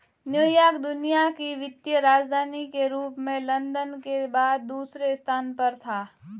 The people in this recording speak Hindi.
न्यूयॉर्क दुनिया की वित्तीय राजधानी के रूप में लंदन के बाद दूसरे स्थान पर था